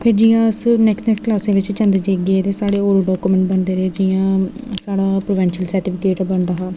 फिर जियां अस नेक्सट क्लास च जंदे गे साढ़े होर डाकूमैंट बनदे रेह् जि'यां साढ़ा प्रोबैंशल सर्टीफिकेट बनदा हा